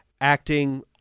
acting